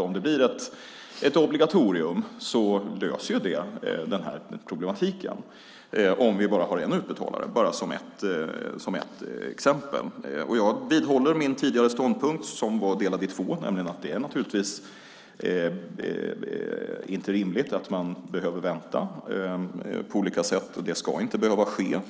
Om det blir ett obligatorium, om vi bara har en utbetalare, löser ju det hela problematiken - bara som ett exempel. Jag vidhåller min tidigare ståndpunkt, som var delad i två: Det är naturligtvis inte rimligt att behöva vänta av olika skäl. Det ska inte behöva ske.